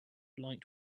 light